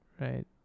Right